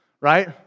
right